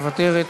מוותרת,